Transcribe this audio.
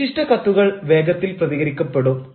വിശിഷ്ട കത്തുകൾ വേഗത്തിൽ പ്രതികരിക്കപ്പെടും